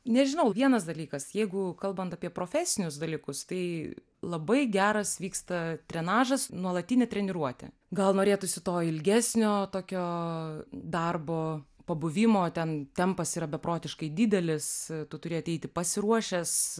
nežinau vienas dalykas jeigu kalbant apie profesinius dalykus tai labai geras vyksta trenažas nuolatinė treniruotė gal norėtųsi to ilgesnio tokio darbo pabuvimo ten tempas yra beprotiškai didelis tu turi ateiti pasiruošęs